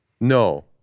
No